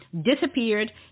disappeared